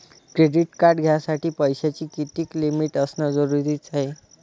Credit card घ्यासाठी पैशाची कितीक लिमिट असनं जरुरीच हाय?